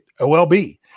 OLB